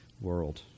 world